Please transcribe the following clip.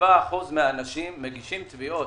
97% מהאנשים מגישים תביעות.